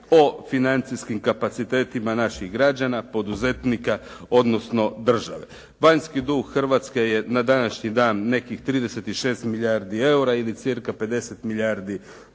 o financijskim kapacitetima naših građana, poduzetnika, odnosno države. Vanjski dug Hrvatske je na današnji dan nekih 36 milijarde eura ili cca 50 milijardi